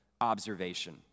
observation